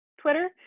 twitter